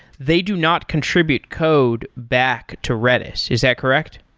they do not contribute code back to redis. is that correct?